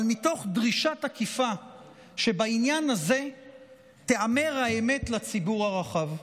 אבל מתוך דרישה תקיפה שבעניין הזה תיאמר את האמת לציבור הרחב.